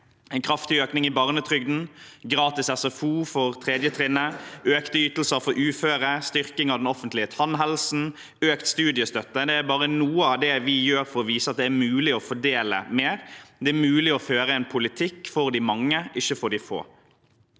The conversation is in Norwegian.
en kraftig økning i barnetrygden, gratis SFO for tredje trinn, økte ytelser for uføre, styrking av den offentlige tannhelsen og økt studiestøtte er bare noe av det vi gjør for å vise at det er mulig å fordele mer, og at det er mulig å føre en politikk for de mange, ikke for de få.